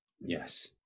Yes